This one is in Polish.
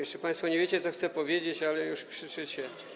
Jeszcze państwo nie wiecie, co chcę powiedzieć, a już krzyczycie.